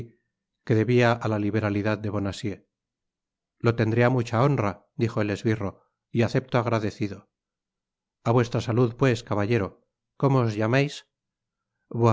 debia á la liberalidad de bonacieux lo tendré á mucha honra dijo el esbirro y acepto agradecido a vuestra salud pues caballero como os llamais